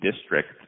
district